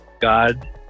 God